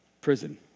prison